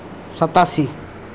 ᱥᱟᱛᱟᱥᱤ